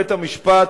בית-המשפט,